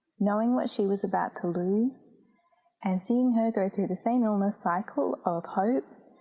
knowing what she was about to lose and seeing her go through the same illness cycle of hope,